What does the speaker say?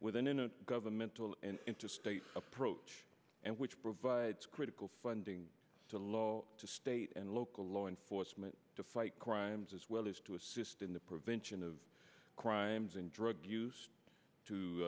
within a governmental and interstate approach and which provides critical funding to law to state and local law enforcement to fight crimes as well as to assist in the prevention of crimes and drug use to